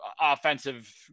offensive